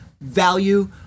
value